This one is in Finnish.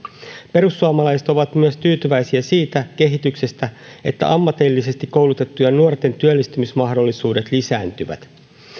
perussuomalaiset ovat myös tyytyväisiä siitä kehityksestä että ammatillisesti koulutettujen nuorten työllistymismahdollisuudet lisääntyvät